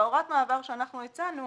הוראת המעבר שאנחנו הצענו